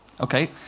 Okay